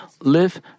live